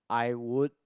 I would